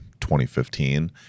2015